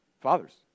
Fathers